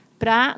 para